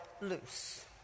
loose